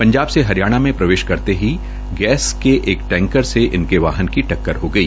पंजाब से हरियाणा में प्रवेश करते ही गैस के एक टैंकर से इनके वाहन की टक्कर हो गई